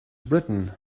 written